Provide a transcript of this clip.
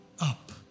up